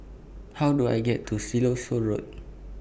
How Do I get to Siloso Road